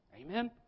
Amen